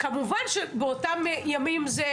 כמובן שבאותם ימים זה היה,